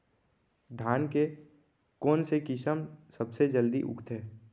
धान के कोन से किसम सबसे जलदी उगथे?